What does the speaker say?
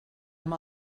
amb